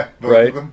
right